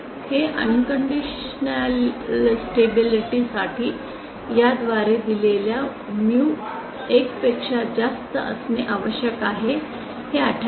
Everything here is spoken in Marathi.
हे अनकंडिशनल स्टेबिलिटी साठी याद्वारे दिलेला म्यू 1 पेक्षा जास्त असणे आवश्यक आहे हे आठवते